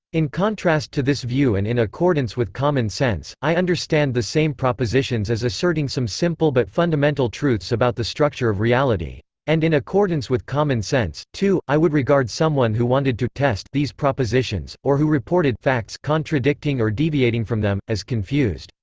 in contrast to this view and in accordance with common sense, i understand the same propositions as asserting some simple but fundamental truths about the structure of reality. and in accordance with common sense, too, i would regard someone who wanted to test these propositions, or who reported facts contradicting or deviating from them, as confused.